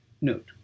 Note